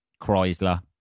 Chrysler